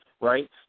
right